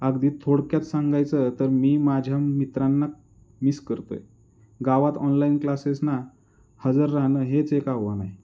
अगदी थोडक्यात सांगायचं तर मी माझ्या मित्रांना मिस करतो आहे गावात ऑनलाइन क्लासेसना हजर राहणं हेच एक आव्हान आहे